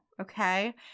okay